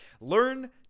Learn